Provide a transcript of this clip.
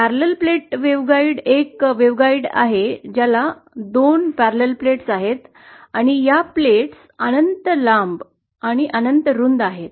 समांतर plate waveguide एक waveguide आहे ज्याला दोन समांतर प्लेट्स आहेत आणि या प्लेट्स अनंत लांब आणि अनंत रुंद आहेत